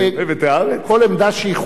כל עמדה שהיא חוקית היא טובה.